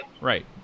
Right